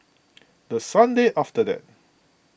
the Sunday after that